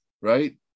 right